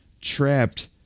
trapped